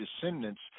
descendants